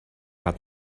hat